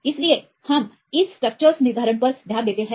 इसलिए हम इस स्ट्रक्चर्स निर्धारण पर ध्यान देते हैं